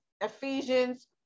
Ephesians